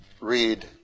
read